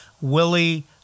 Willie